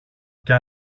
και